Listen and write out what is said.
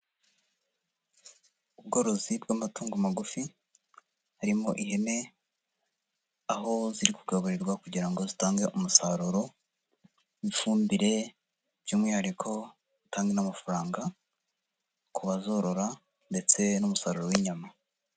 Ubworozi bw'amatungo magufi harimo ihene, aho ziri kugaburirwa kugira ngo zitange umusaruro n'ifumbire by'umwihariko utange n'amafaranga ku bazorora ndetse n'umusaruro w'inyama.